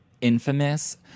Infamous